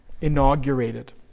inaugurated